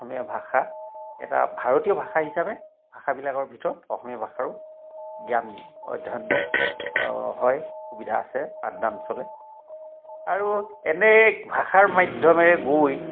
অসমীয়া ভাষা এটা ভাৰতীয় ভাষা হিচাপে ভাষাবিলাকৰ ভিতৰত অসমীয়া ভাষাৰো জ্ঞান অধ্যয়ন হয় সুবিধা আছে পাঠদান চলে আৰু এনে এক ভাষাৰ মাধ্যমেৰে গৈ